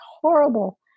horrible